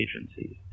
agencies